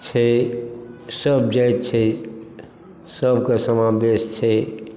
छै सब जाति छै सबके समावेश छै